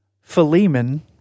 Philemon